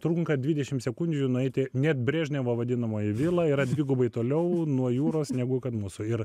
trunka dvidešim sekundžių nueiti net brežnevo vadinamoji vila yra dvigubai toliau nuo jūros negu kad mūsų ir